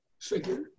figure